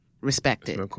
Respected